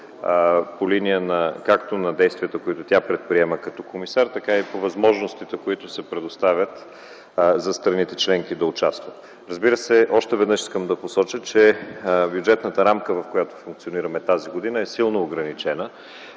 по линия на действията, както които тя предприема като комисар, така и по възможностите, които се предоставят за страните членки, да участват. Още веднъж искам да посоча, че бюджетната рамка, в която функционираме тази година, е силно ограничена.